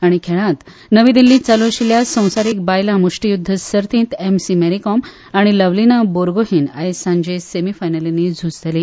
आनी खेळांत नवी दिल्लींत चालू आशिल्ल्या संवसारीक बायलां मुश्टीयुद्ध सर्तींत एमसी मॅरीकोम आनी लवलीना बोरगोहीन आयज सांजे सेमीफायलींनी झूजतली